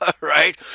right